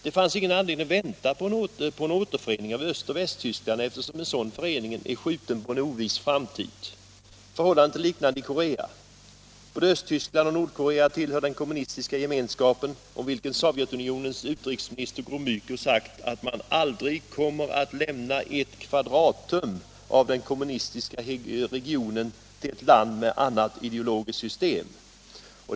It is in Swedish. Det fanns ingen anledning att vänta på en återförening av Östoch Västtyskland, eftersom en sådan förening är skjuten på en oviss framtid. Förhållandet är liknande i Korea. Både Östtyskland och Nordkorea tillhör den kommunistiska gemenskapen, om vilken Sovjetunionens utrikesminister Gromyko sagt, att man aldrig kommer att lämna en kvadrattum av den kommunistiska regionen till ett land med annat ideologiskt system.